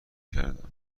کردم